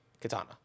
Katana